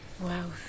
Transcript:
Wow